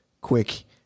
quick